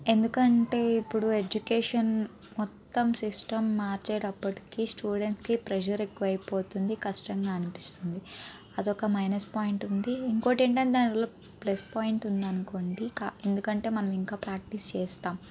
ఎందుకంటే ఇప్పుడు ఎడ్యుకేషన్ మొత్తం సిస్టం మార్చేటప్పటికీ స్టూడెంట్కి ప్రెషర్ ఎక్కువ అయిపోతుంది కష్టంగా అనిపిస్తుంది అదొక మైనస్ పాయింట్ ఉంది ఇంకోటి ఏంటంటే దానివల్ల ప్లస్ పాయింట్ ఉందనుకోండి ఎందుకంటే మనం ఇంకా ప్రాక్టీస్ చేస్తాం